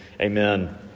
Amen